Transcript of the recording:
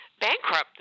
bankrupt